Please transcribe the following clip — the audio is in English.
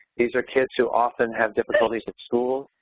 these are kids who often have difficulties at school,